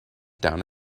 down